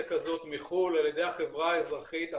כזאת מחו"ל על ידי החברה האזרחית.